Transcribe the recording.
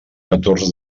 catorze